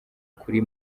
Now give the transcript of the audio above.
kuri